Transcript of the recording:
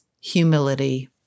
humility